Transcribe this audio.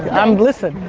i'm, listen,